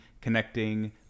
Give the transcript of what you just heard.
connecting